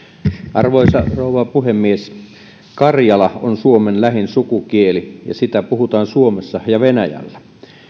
arvoisa rouva puhemies karjala on suomen lähin sukukieli ja sitä puhutaan suomessa ja venäjällä